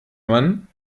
man